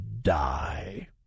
die